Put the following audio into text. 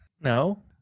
No